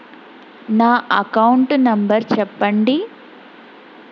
నా account number చెప్పండి?